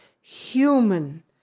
human